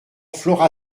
flora